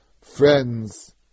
Friends